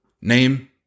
Name